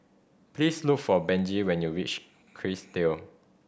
please look for Benji when you reach Kerrisdale